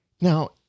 Now